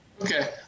Okay